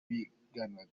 biganaga